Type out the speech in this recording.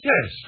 Yes